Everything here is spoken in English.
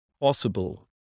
possible